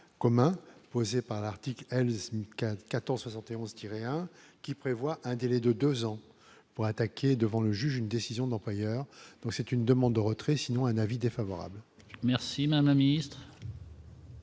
commun, posé par l'article L 4 14 71 tirer un qui prévoit un délai de 2 ans pour attaquer devant le juge une décision d'employeurs, donc c'est une demande de retrait sinon un avis défavorable. Merci mon ami. Monsieur